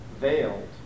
veiled